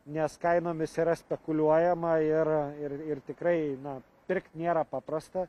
nes kainomis yra spekuliuojama ir ir ir tikrai na pirkt nėra paprasta